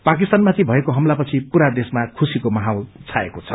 पाकिसतानमाथि भएको हमलापछि पूरा देशमा खुशीको माहौल छाएको छ